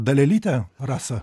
dalelyte rasa